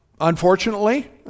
unfortunately